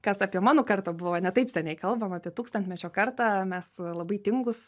kas apie mano kartą buvo ne taip seniai kalbama apie tūkstantmečio kartą mes labai tingūs